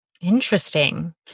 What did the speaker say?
Interesting